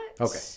Okay